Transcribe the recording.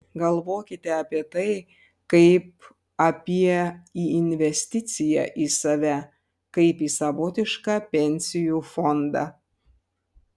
galvokite apie tai kaip apie į investiciją į save kaip į savotišką pensijų fondą